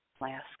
last